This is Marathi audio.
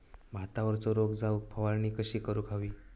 भातावरचो रोग जाऊक फवारणी कशी करूक हवी?